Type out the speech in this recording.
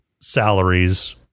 salaries